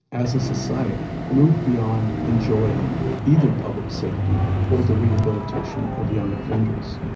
as a society, move beyond enjoying either public safety or the rehabilitation of young offenders.